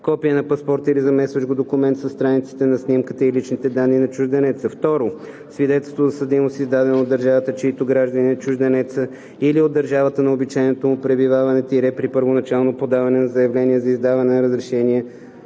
копие на паспорт или заместващ го документ със страниците на снимката и личните данни на чужденеца; 2. свидетелство за съдимост, издадено от държавата, чийто гражданин е чужденецът, или от държавата на обичайното му пребиваване – при първоначално подаване на заявление за издаване на разрешение